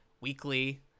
weekly